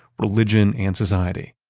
religion and society.